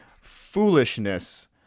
foolishness